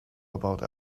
about